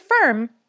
firm